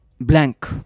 blank